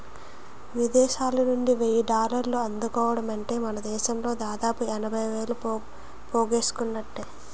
విదేశాలనుండి వెయ్యి డాలర్లు అందుకోవడమంటే మనదేశంలో దాదాపు ఎనభై వేలు పోగేసుకున్నట్టే